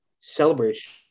celebration